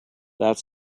that